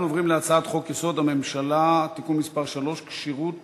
אנחנו עוברים להצעת חוק-יסוד: הממשלה (תיקון מס' 3) (כשירות